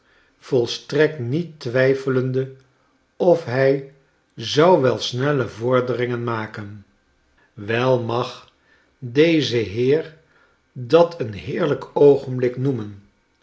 volstrekt niet twyfelende of hij zou wel snelle vorderingen maken wel mag deze heer dat een heerlijk oogenblik noemen